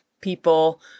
people